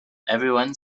everyone